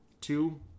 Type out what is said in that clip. two